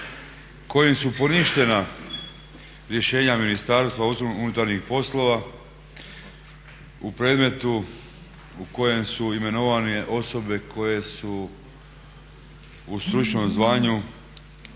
kojim su poništena rješenja Ministarstva unutarnjih poslova u predmetu u kojem su imenovane osobe koje su u stručnom zvanju